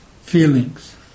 feelings